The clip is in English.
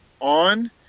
on